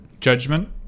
judgment